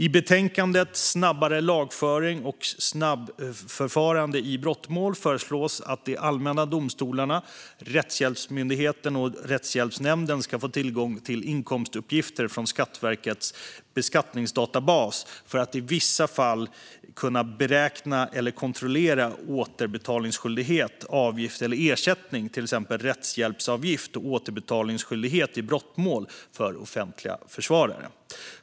I betänkandet Snabbare lagföring - ett snabbförfarande i brottmål föreslås att de allmänna domstolarna, Rättshjälpsmyndigheten och Rättshjälpsnämnden ska få tillgång till inkomstuppgifter från Skatteverkets beskattningsdatabas för att i vissa fall kunna beräkna eller kontrollera återbetalningsskyldighet, avgift eller ersättning, till exempel rättshjälpsavgift och återbetalningsskyldighet i brottmål för offentlig försvarare.